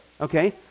okay